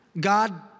God